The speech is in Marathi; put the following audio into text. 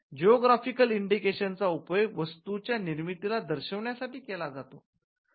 जॉग्रफिकल इंडिकेशन चा उपयोग वस्तूंच्या निर्मितीला दर्शविण्यासाठी केला जाऊ शकतो